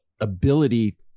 ability